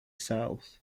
south